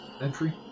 entry